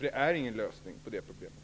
Det är ingen lösning på problemet.